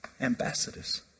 Ambassadors